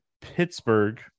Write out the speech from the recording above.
Pittsburgh